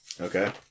Okay